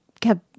kept